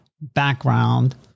background